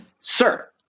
sir